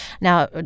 Now